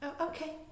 okay